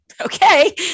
okay